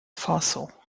faso